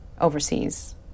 overseas